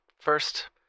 first